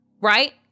right